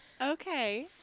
Okay